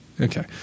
Okay